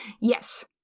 Yes